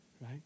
right